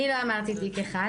אני לא אמרתי תיק אחד,